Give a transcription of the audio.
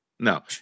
No